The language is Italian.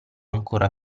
ancor